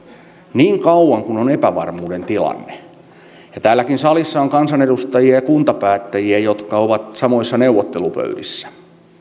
niin kauan kuin on epävarmuuden tilanne ja täälläkin salissa on kansanedustajia ja kuntapäättäjiä jotka ovat samoissa neuvottelupöydissä